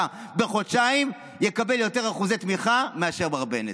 בחודשיים יקבל יותר אחוזי תמיכה מאשר מר בנט.